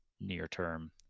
near-term